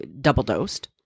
double-dosed